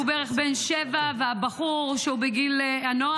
שהוא בערך בן שבע והבחור שהוא בגיל הנוער.